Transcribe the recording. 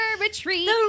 Retreat